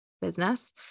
business